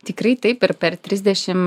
tikrai taip ir per trisdešim